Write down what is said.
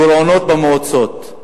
גירעונות במועצות,